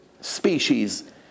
species